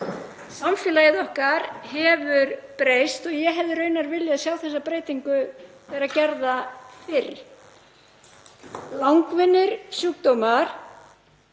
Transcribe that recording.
samfélagið okkar hefur breyst og hefði ég raunar viljað sjá þessa breytingu gerða fyrr. Langvinnir sjúkdómar